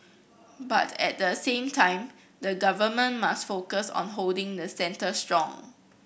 but at the same time the Government must focus on holding the centre strong